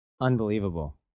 Unbelievable